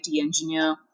engineer